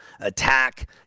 attack